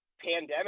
pandemic